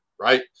Right